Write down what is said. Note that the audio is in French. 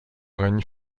règne